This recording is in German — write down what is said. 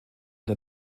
der